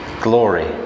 Glory